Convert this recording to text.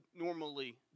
normally